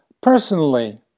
personally